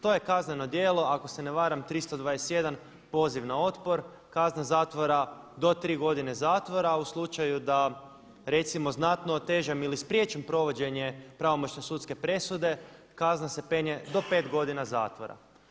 To je kazneno djelo ako se ne varam 321 poziv na otpor, kazna zatvora do 3 godine zatvora, u slučaju da recimo znatno otežam ili spriječim provođenje pravomoćne sudske presude kazna se penje do 5 godina zatvora.